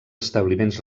establiments